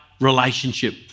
relationship